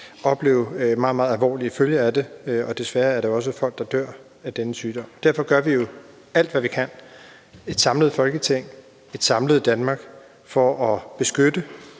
meget, meget alvorlige følger af det. Desværre er der også folk, der dør af denne sygdom. Derfor gør vi jo alt, hvad vi kan i et samlet Folketing, et samlet Danmark, for at beskytte